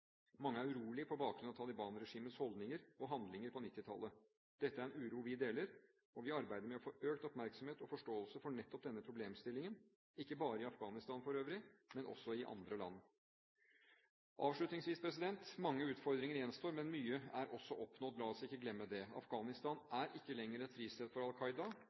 Mange er urolige på bakgrunn av Taliban-regimets holdninger og handlinger på 1990-tallet. Dette er en uro vi deler, og vi arbeider med å få økt oppmerksomhet og forståelse for nettopp denne problemstillingen – ikke bare i Afghanistan for øvrig, men også i andre land. Avslutningsvis: Mange utfordringer gjenstår, men mye er oppnådd – la oss ikke glemme det. Afghanistan er ikke lenger et fristed for